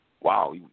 Wow